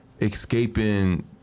escaping